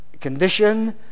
condition